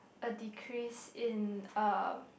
a decrease in uh